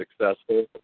successful